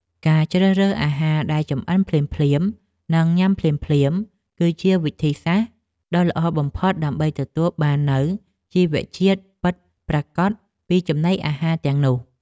ការជ្រើសរើសអាហារដែលចម្អិនភ្លាមៗនិងញ៉ាំភ្លាមៗគឺជាវិធីសាស្ត្រដ៏ល្អបំផុតដើម្បីទទួលបាននូវជីវជាតិពិតប្រាកដពីចំណីអាហារទាំងនោះ។